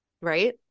right